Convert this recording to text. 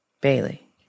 Bailey